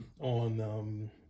on